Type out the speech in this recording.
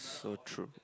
so true